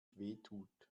wehtut